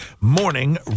Morning